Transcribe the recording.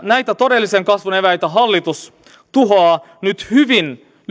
näitä todellisen kasvun eväitä hallitus tuhoaa nyt hyvin